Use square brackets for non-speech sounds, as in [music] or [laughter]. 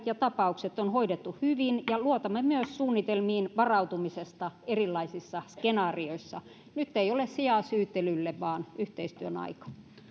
[unintelligible] ja tapaukset on hoidettu hyvin ja luotamme myös suunnitelmiin varautumisesta erilaisissa skenaarioissa nyt ei ole sijaa syyttelylle vaan on yhteistyön aika